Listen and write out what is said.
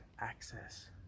access